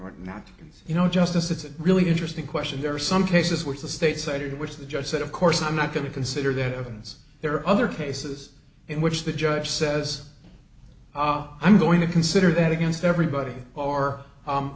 what not you know justice it's a really interesting question there are some cases where the state cited which the judge said of course i'm not going to consider that evidence there are other cases in which the judge says i'm going to consider that against everybody